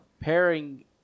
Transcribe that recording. pairing